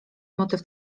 motyw